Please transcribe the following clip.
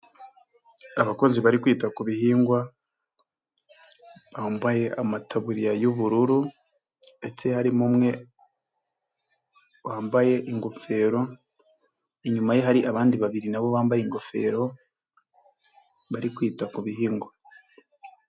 Abakozi bari kwita ku bihingwa bambaye amataburiya y'ubururu ndetse harimo umwe wambaye ingofero, inyuma ye hari abandi babiri nabo bambaye ingofero bari kwita ku bihingwa.